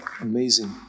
Amazing